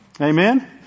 Amen